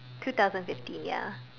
two thousand fifteen ya